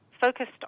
focused